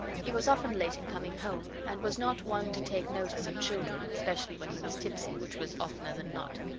he was often late in coming home, and was not one to take notice of children, especially when he was tipsy, which was oftener than not.